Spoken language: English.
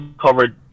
covered